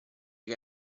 che